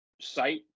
site